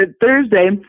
Thursday